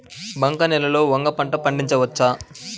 బంక నేలలో వంగ పంట పండించవచ్చా?